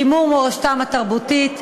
שימור מורשתם התרבותית.